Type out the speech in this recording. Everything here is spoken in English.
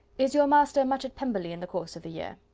is your master much at pemberley in the course of the year?